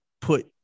put